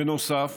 בנוסף